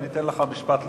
אני אתן לך משפט לסכם,